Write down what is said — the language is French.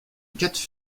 quatre